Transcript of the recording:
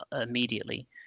immediately